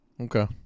Okay